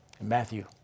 Matthew